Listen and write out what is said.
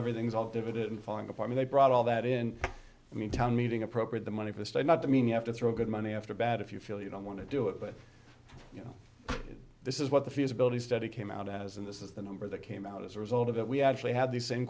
everything's all vivid and falling apart and they brought all that in i mean town meeting appropriate the money for the state not to mean you have to throw good money after bad if you feel you don't want to do it but you know this is what the feasibility study came out as and this is the number that came out as a result of it we actually had the same